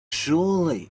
surely